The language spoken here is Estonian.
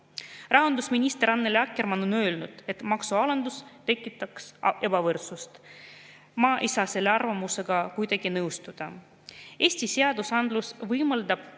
Rahandusminister Annely Akkermann on öelnud, et maksualandus tekitaks ebavõrdsust. Ma ei saa selle arvamusega kuidagi nõustuda. Eesti seadusandlus võimaldab